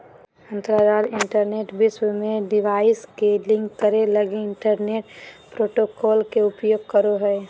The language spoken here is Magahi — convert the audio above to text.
अंतरजाल इंटरनेट विश्व में डिवाइस के लिंक करे लगी इंटरनेट प्रोटोकॉल के उपयोग करो हइ